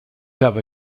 have